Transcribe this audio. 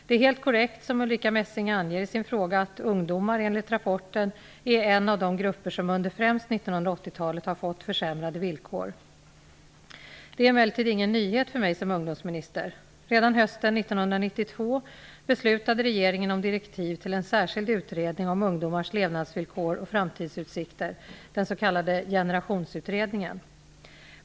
Det är helt korrekt, som Ulrica Messing anger i sin fråga, att ungdomar enligt rapporten är en av de grupper som under främst 1980-talet har fått försämrade villkor. Detta är emellertid ingen nyhet för mig som ungdomsminister. Redan hösten 1992 beslutade regeringen om direktiv till en särskild utredning om ungdomars levnadsvillkor och framtidsutsikter, den s.k. Generationsutredningen.